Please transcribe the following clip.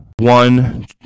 One